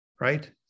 right